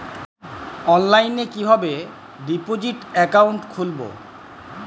অনলাইনে কিভাবে deposit account খুলবো?